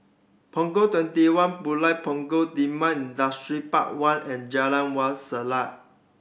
Punggol Twenty one Pulau Punggol Timor Industrial Park One and Jalan Wak Selat